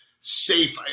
safe